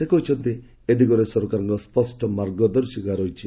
ସେ କହିଛନ୍ତି ଏ ଦିଗରେ ସରକାରଙ୍କ ସ୍ୱଷ୍ଟ ମାର୍ଗଦର୍ଶିକା ରହିଛି